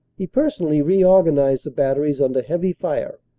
he personally reorganized the batteries under heavy fire,